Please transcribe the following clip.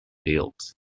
fields